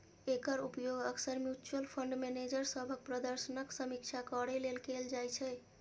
एकर उपयोग अक्सर mutual fund manager सभक प्रदर्शनक समीक्षा करै लेल कैल जाइ छै